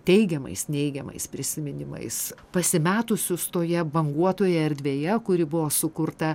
teigiamais neigiamais prisiminimais pasimetusius toje banguotoje erdvėje kuri buvo sukurta